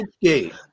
Gate